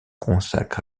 consacre